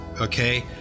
okay